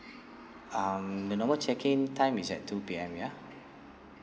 um the normal check in time is at two P_M ya